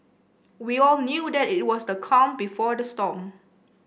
we all knew that it was the calm before the storm